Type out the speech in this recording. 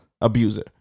abuser